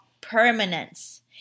permanence